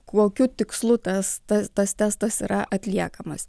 kokiu tikslu tas tas tas testas yra atliekamas